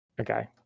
Okay